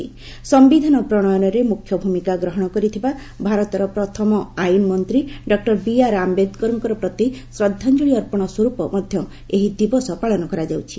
ସିୟିଧାନ ପ୍ରଣୟନରେ ମୃଖ୍ୟ ଭୂମିକା ଗ୍ରହଣ କରିଥିବା ଭାରତର ପ୍ରଥମ ଆଇନ୍ ମନ୍ତ୍ରୀ ଡକୁର ବିଆର୍ ଆୟେଦକରଙ୍କ ପ୍ରତି ଶ୍ରଦ୍ଧାଞ୍ଜଳୀ ଅର୍ପଣ ସ୍ୱରୂପ ମଧ୍ୟ ଏହି ଦିବସ ପାଳନ କରାଯାଉଛି